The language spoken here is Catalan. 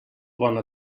bona